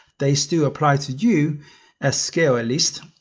they still apply to you as scale at least.